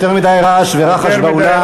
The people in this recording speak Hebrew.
יותר מדי רעש ורחש באולם.